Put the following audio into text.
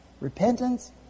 Repentance